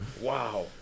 Wow